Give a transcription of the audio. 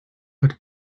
but